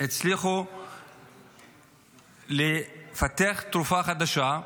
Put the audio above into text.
הצליחו לפתח תרופה חדשה.